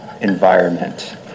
environment